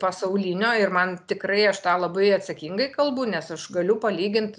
pasaulinio ir man tikrai aš tą labai atsakingai kalbu nes aš galiu palygint